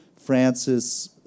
Francis